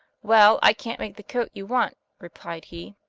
well, i can't make the coat you want replied he.